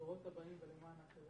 הדורות הבאים ולמען אחרים.